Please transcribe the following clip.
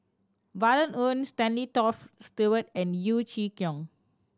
Violet Oon Stanley Toft Stewart and Yeo Chee Kiong